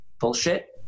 bullshit